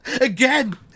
Again